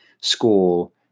school